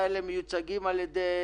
שמיוצגים על ידי